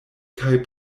kaj